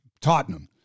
Tottenham